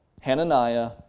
Hananiah